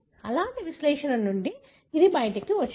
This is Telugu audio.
అలాంటి విశ్లేషణ నుండి ఇది బయటకు వచ్చింది